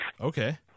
Okay